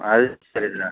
அதுவும் சரி தான்